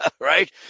right